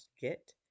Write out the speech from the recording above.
get